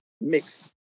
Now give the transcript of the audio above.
mix